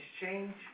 exchange